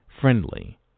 friendly